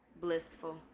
blissful